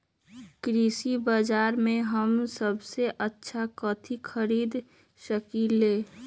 कृषि बाजर में हम सबसे अच्छा कथि खरीद सकींले?